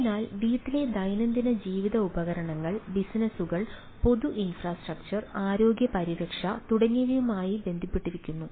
അതിനാൽ വീട്ടിലെ ദൈനംദിന ജീവിത ഉപകരണങ്ങൾ ബിസിനസുകൾ പൊതു ഇൻഫ്രാസ്ട്രക്ചർ ആരോഗ്യ പരിരക്ഷ തുടങ്ങിയവയുമായി ബന്ധപ്പെട്ടിരിക്കുന്നു